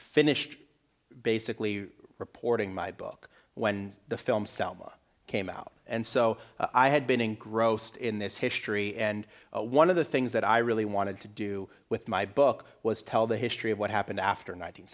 finished basically reporting my book when the film selma came out and so i had been in gross to in this history and one of the things that i really wanted to do with my book was tell the history of what happened after nine